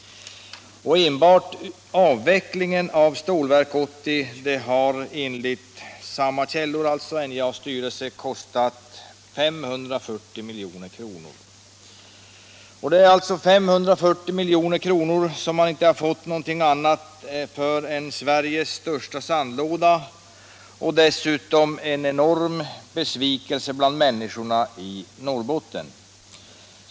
Enbart avvecklingen av Stålverk 80 har enligt samma källa — NJA:s styrelse — kostat 540 milj.kr. Det är alltså 540 milj.kr. som man inte har fått någonting annat för än Sveriges största sandlåda och dessutom en enorm besvikelse bland människorna i Norrbotten.